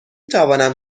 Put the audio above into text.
توانم